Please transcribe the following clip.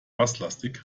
basslastig